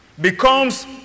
becomes